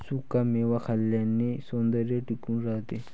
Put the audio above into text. सुखा मेवा खाल्ल्याने सौंदर्य टिकून राहते